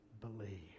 believe